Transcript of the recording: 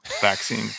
vaccine